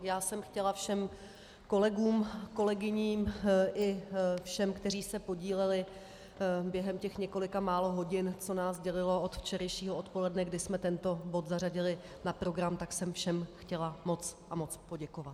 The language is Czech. Já jsem chtěla všem kolegům a kolegyním i všem, kteří se podíleli během těch několika málo hodin, co nás dělilo od včerejšího odpoledne, kdy jsme tento bod zařadili na program, tak jsem všem chtěla moc a moc poděkovat.